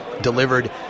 delivered